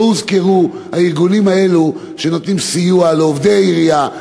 לא הוזכרו הארגונים האלו שנותנים סיוע לעובדי עירייה,